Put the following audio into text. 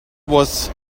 was